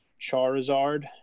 Charizard